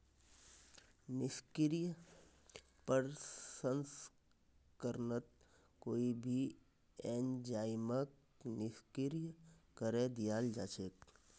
निष्क्रिय प्रसंस्करणत कोई भी एंजाइमक निष्क्रिय करे दियाल जा छेक